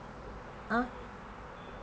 ah